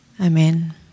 Amen